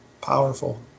powerful